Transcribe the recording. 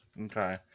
Okay